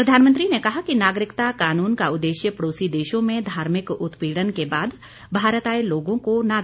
प्रधानमंत्री ने कहा कि नागरिकता कानून का उद्देश्य पड़ोसी देशों में धार्मिक उत्पीड़न के बाद भारत आए लोगों को नागरिकता देना है